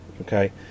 okay